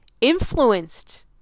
influenced